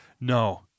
No